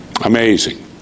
Amazing